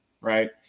right